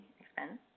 expense